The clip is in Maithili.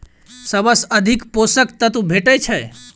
सबसँ अधिक पोसक तत्व भेटय छै?